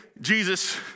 Jesus